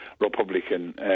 Republican